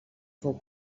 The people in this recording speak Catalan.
fou